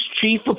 chief